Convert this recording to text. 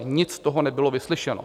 Nic z toho nebylo vyslyšeno.